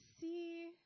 see